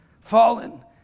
Fallen